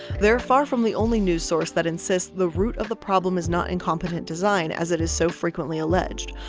they're far from the only news source that insists, the root of the problem is not in competent design, as it is so frequently alleged,